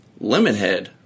Lemonhead